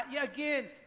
Again